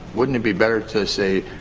wouldn't it be better to say,